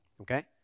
Okay